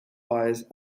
fires